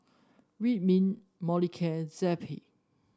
Ridwind Molicare and Zappy